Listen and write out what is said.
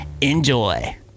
Enjoy